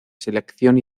selección